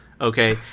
Okay